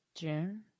June